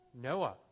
Noah